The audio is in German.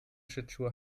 schlittschuhe